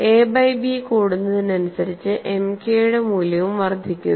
A by B കൂടുന്നതിനനുസരിച്ച് M k യുടെ മൂല്യവും വർദ്ധിക്കുന്നു